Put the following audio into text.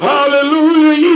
Hallelujah